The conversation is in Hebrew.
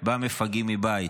במפגעים מבית.